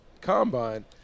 combine